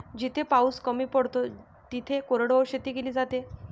जिथे पाऊस कमी पडतो तिथे कोरडवाहू शेती केली जाते